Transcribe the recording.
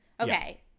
okay